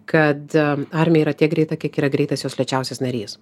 kad armija yra tiek greita kiek yra greitas jos lėčiausias narys